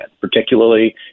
particularly